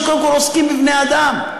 שקודם כול עוסקים בבני-אדם.